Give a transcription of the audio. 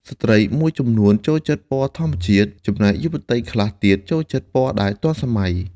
ស្ត្រីមួយចំនួនចូលចិត្តពណ៌ធម្មជាតិ ចំណែកយុវតីខ្លះទៀតចូលចិត្តពណ៌ដែលទាន់សម័យ។